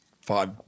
five